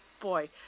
boy